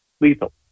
lethal